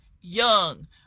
young